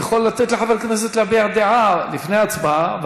אני יכול לתת לחבר כנסת להביע דעה לפני ההצבעה,